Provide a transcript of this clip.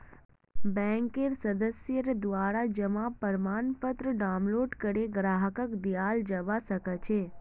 बैंकेर सदस्येर द्वारा जमा प्रमाणपत्र डाउनलोड करे ग्राहकक दियाल जबा सक छह